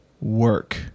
work